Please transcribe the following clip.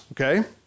Okay